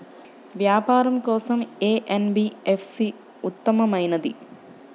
వ్యాపారం కోసం ఏ ఎన్.బీ.ఎఫ్.సి ఉత్తమమైనది?